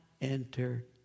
enter